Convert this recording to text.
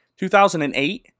2008